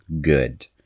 good